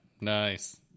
Nice